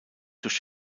durch